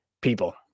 people